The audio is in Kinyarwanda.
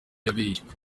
yabeshywe